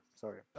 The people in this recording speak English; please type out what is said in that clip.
Sorry